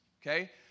Okay